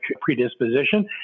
predisposition